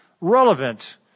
relevant